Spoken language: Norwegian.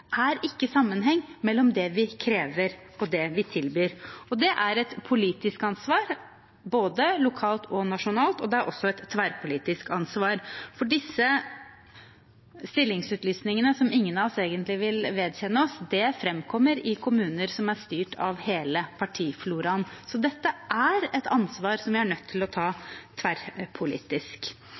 er ikke sammenheng mellom det vi krever, og det vi tilbyr. Det er et politisk ansvar, både lokalt og nasjonalt, og det er også et tverrpolitisk ansvar. For disse stillingsutlysningene, som ingen av oss egentlig vil vedkjenne oss, framkommer i kommuner som er styrt av hele partifloraen, så dette er et ansvar som vi er nødt til å ta tverrpolitisk.